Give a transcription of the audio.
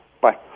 Bye